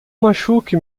machuque